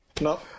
no